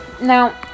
Now